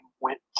went